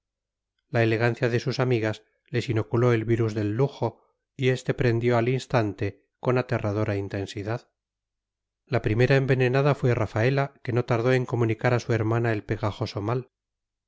la elegancia de sus amigas les inoculó el virus del lujo y este prendió al instante con aterradora intensidad la primera envenenada fue rafaela que no tardó en comunicar a su hermana el pegajoso mal